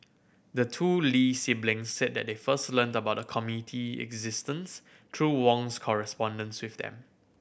the two Lee siblings said that they first learned about the committee existence through Wong's correspondence with them